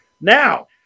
Now